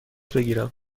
بگیرم